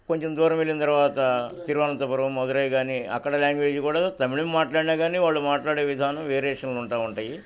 కొంచెం దూరం వెళ్లిన తర్వాత తిరువనంతపురవం మధురై కానీ అక్కడ లాంగ్వేజ్ కూడా తమిళం మాట్లాడినా కానీ వాళ్ళు మాట్లాడే విధానం వేరియేషన్లు ఉంటూ ఉంటాయి